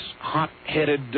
hot-headed